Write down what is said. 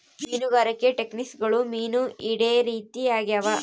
ಮೀನುಗಾರಿಕೆ ಟೆಕ್ನಿಕ್ಗುಳು ಮೀನು ಹಿಡೇ ರೀತಿ ಆಗ್ಯಾವ